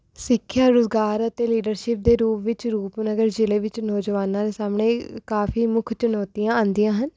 ਸਿੱਖਿਆ ਰੁਜ਼ਗਾਰ ਅਤੇ ਲੀਡਰਸ਼ਿਪ ਦੇ ਰੂਪ ਵਿੱਚ ਰੂਪਨਗਰ ਜ਼ਿਲ੍ਹੇ ਵਿੱਚ ਨੌਜਵਾਨਾਂ ਦੇ ਸਾਹਮਣੇ ਕਾਫੀ ਮੁੱਖ ਚੁਣੌਤੀਆਂ ਆਉਂਦੀਆਂ ਹਨ